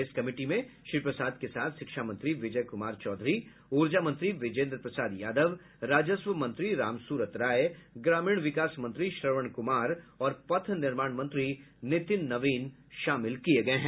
इस कमिटी में श्री प्रसाद के साथ शिक्षा मंत्री विजय कुमार चौधरी ऊर्जा मंत्री विजेन्द्र प्रसाद यादव राजस्व मंत्री रामसूरत राय ग्रामीण विकास मंत्री श्रवण कुमार और पथ निर्माण मंत्री नितिन नवीन शामिल किये गये हैं